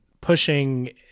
pushing